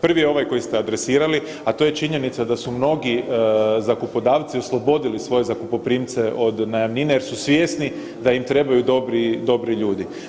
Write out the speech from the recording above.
Prvi je ovaj koji ste adresirali, a to je činjenica da su mnogi zakupodavci oslobodili svoje zakupoprimce od najamnine jer su svjesni da im trebaju dobri, dobri ljudi.